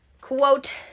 quote